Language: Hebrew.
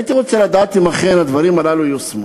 הייתי רוצה לדעת אם אכן הדברים הללו יושמו.